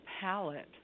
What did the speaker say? palette